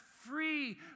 free